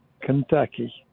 Kentucky